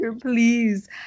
please